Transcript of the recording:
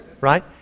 Right